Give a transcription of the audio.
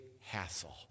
hassle